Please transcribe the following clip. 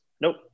nope